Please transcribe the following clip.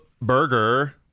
Burger